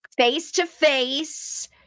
face-to-face